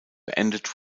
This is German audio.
beendet